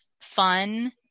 fun